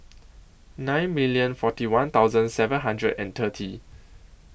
nine minute forty one thousand seven hundred and thirty